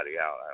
out